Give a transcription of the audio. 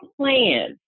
plan